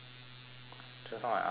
just now I ask ya